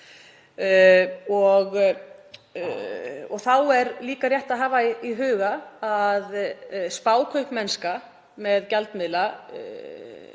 Þá er einnig rétt að hafa í huga að spákaupmennska með gjaldmiðla